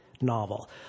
novel